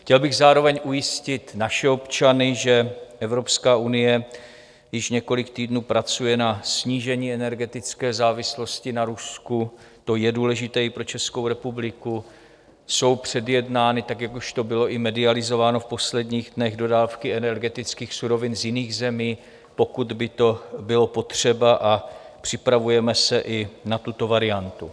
Chtěl bych zároveň ujistit naše občany, že Evropská unie již několik týdnů pracuje na snížení energetické závislosti na Rusku, to je důležité i pro Českou republiku, jsou předjednány, tak jak už to bylo i medializováno v posledních dnech, dodávky energetických surovin z jiných zemí, pokud by to bylo potřeba, a připravujeme se i na tuto variantu.